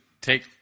take